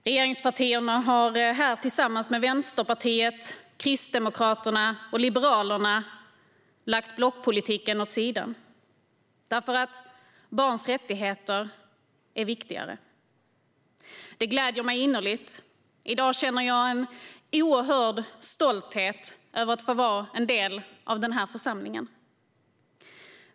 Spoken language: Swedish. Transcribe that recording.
Regeringspartierna har här tillsammans med Vänsterpartiet, Kristdemokraterna och Liberalerna lagt blockpolitiken åt sidan därför att barns rättigheter är viktigare. Det gläder mig innerligt. I dag känner jag en oerhörd stolthet över att få vara en del av denna församling.